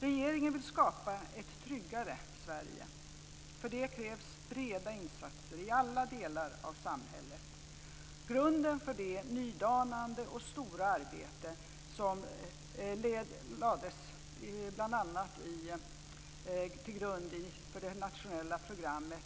Regeringen vill skapa ett tryggare Sverige. För det krävs breda insatser i alla delar av samhället. Grunden för detta nydanande och stora arbete lades bl.a. i det nationella programmet